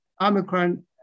Omicron